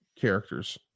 characters